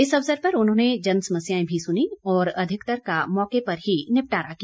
इस अवसर पर उन्होंने जन समस्याएं भी सुनीं और अधिकतर का मौके पर ही निपटारा किया